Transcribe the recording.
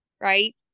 right